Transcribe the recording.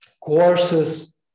courses